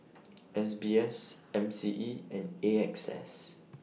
S B S M C E and A X S